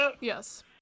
yes